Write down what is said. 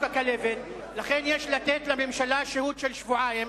חוק הכלבת, לכן יש לתת לממשלה שהות של שבועיים